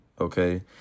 okay